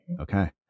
Okay